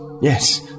Yes